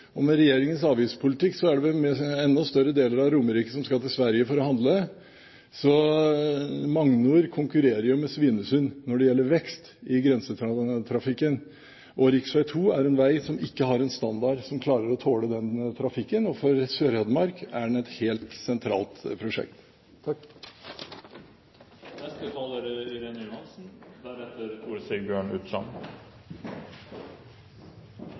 og med regjeringens avgiftspolitikk er det vel enda større deler av Romerike som skal til Sverige for å handle. Magnor konkurrerer med Svinesund når det gjelder vekst i grensetrafikken, og rv. 2 er en vei som ikke har en standard som klarer å tåle den trafikken. For Sør-Hedmark er den et helt sentralt prosjekt.